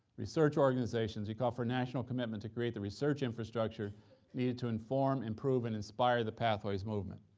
research organizations, we call for national commitment to create the research infrastructure needed to inform, improve, and inspire the pathways movement.